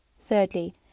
Thirdly